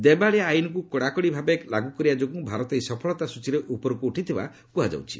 ଦେବାଳିଆ ଆଇନକୁ କଡ଼ାକଡ଼ି ଭାବେ ଲାଗୁ କରିବା ଯୋଗୁଁ ଭାରତ ଏହି ସଫଳତା ସୂଚୀରେ ଉପରକୁ ଉଠିଥିବା କୁହାଯାଉଛି